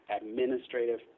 Administrative